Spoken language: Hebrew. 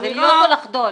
זה להיות או לחדול.